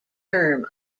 term